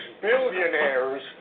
billionaires